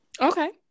Okay